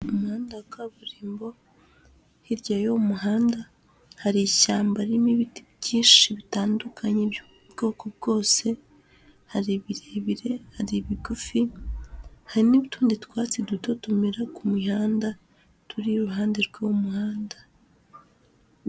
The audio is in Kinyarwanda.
Umuhanda wa kaburimbo, hirya y'uwo muhanda hari ishyamba ririmo ibiti byinshi bitandukanye by'ubwoko bwose, hari ibirebire, hari ibigufi, hari n'utundi twatsi duto tumera ku mihanda, turi iruhande rw'uwo muhanda.